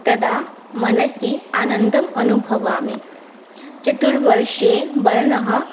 तदा मनसि आनन्दम् अनुभवामि चतुर्वर्षे वर्णः